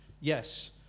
yes